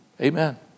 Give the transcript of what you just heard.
Amen